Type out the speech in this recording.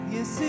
Yes